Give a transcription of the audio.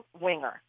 winger